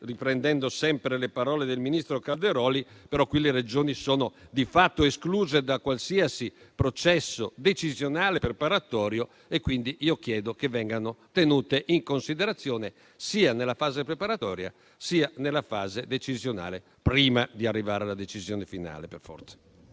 riprendendo sempre le parole del ministro Calderoli), le Regioni sono di fatto escluse da qualsiasi processo decisionale preparatorio e quindi chiedo che vengano tenute in considerazione, sia nella fase preparatoria, sia nella fase decisionale, prima di arrivare alla decisione finale.